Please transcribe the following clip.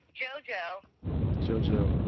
jojo jojo.